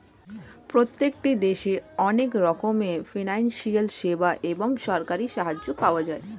প্রত্যেকটি দেশে অনেক রকমের ফিনান্সিয়াল সেবা এবং সরকারি সাহায্য পাওয়া যায়